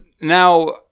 Now